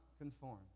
conform